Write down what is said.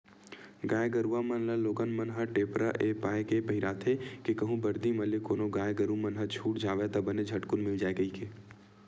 गाय गरुवा मन ल लोगन मन ह टेपरा ऐ पाय के पहिराथे के कहूँ बरदी म ले कोनो गाय गरु मन ह छूट जावय ता बने झटकून मिल जाय कहिके